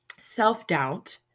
self-doubt